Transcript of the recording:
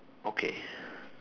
okay